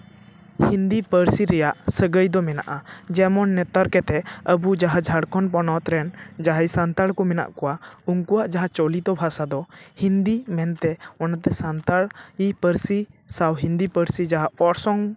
ᱦᱤᱱᱫᱤ ᱯᱟᱹᱨᱥᱤ ᱨᱮᱭᱟᱜ ᱥᱟᱹᱜᱟᱹᱭ ᱫᱚ ᱢᱮᱱᱟᱜᱼᱟ ᱡᱮᱢᱚᱱ ᱱᱮᱛᱟᱨ ᱠᱟᱛᱮᱫ ᱟᱵᱚ ᱡᱟᱦᱟᱸ ᱡᱷᱟᱲᱠᱷᱚᱸᱰ ᱯᱚᱱᱚᱛ ᱨᱮᱱ ᱡᱟᱦᱟᱸᱭ ᱥᱟᱱᱛᱟᱲ ᱠᱚ ᱢᱮᱱᱟᱜ ᱠᱚᱣᱟ ᱩᱱᱠᱩᱣᱟᱜ ᱡᱟᱦᱟᱸ ᱪᱚᱞᱤᱛᱚ ᱵᱷᱟᱥᱟ ᱫᱚ ᱦᱤᱱᱫᱤ ᱢᱮᱱᱛᱮ ᱚᱱᱟ ᱫᱚ ᱥᱟᱱᱛᱟᱲ ᱤ ᱯᱟᱹᱨᱥᱤ ᱥᱟᱶ ᱦᱤᱱᱫᱤ ᱯᱟᱹᱨᱥᱤ ᱡᱟᱦᱟᱸ ᱚᱨᱥᱚᱝ